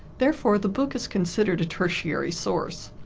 therefore the book is considered a tertiary source.